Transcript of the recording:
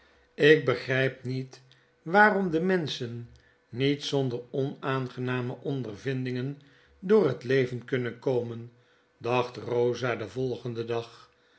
ik begryp niet waarom de menschen niet zonder onaangename ondervindingen door het leven kunnen komen dacht rosa denvolgenden dag